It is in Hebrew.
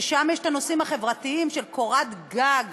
ששם ישנם הנושאים החברתיים של קורת גג